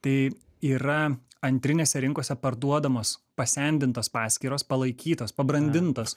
tai yra antrinėse rinkose parduodamos pasendintos paskyros palaikytos pabrandintos